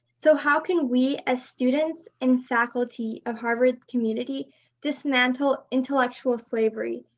so how can we as students and faculty of harvard community dismantle intellectual slavery?